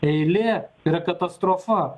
eilė yra katastrofa